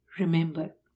Remember